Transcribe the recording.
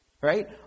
Right